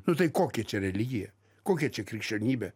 nu tai kokia čia religija kokia čia krikščionybė